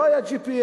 ולא היה GPS,